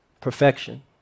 perfection